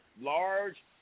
large